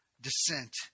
descent